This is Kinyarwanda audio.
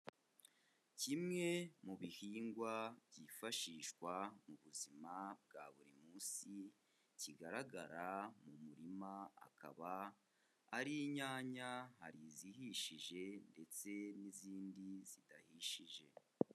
Kimwe mu bihingwa byifashishwa mu buzima bwa buri munsi kigaragara mu murima akaba ari inyanya, hari izihishije ndetse n'izindi zidahishije.